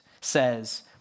says